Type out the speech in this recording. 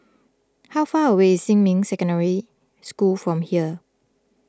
how far away is Xinmin Secondary School from here